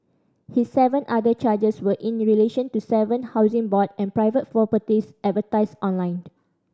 his seven other charges were in the relation to seven Housing Board and private properties advertised online